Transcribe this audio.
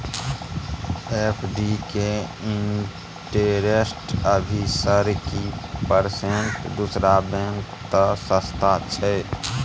FD के interest अभी sir की परसेंट दूसरा बैंक त सस्ता छः?